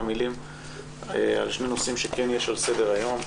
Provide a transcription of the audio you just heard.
מילים על שני נושאים שכן יש על סדר היום: